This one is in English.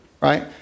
right